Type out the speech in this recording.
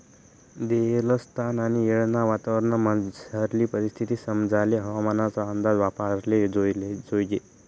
देयेल स्थान आणि येळना वातावरणमझारली परिस्थिती समजाले हवामानना अंदाज वापराले जोयजे